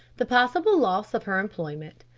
the possible loss of her employment,